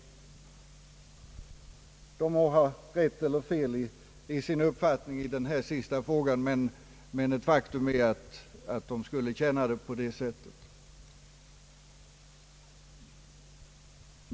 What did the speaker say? De må ha rätt eller fel i sin uppfattning när det gäller den sista frågan, men ett faktum är att de skulle känna det på det sättet.